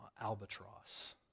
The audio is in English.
albatross